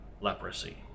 leprosy